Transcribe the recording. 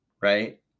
right